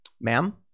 Ma'am